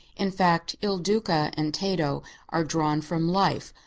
in fact, il duca and tato are drawn from life,